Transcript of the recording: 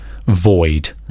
void